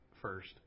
first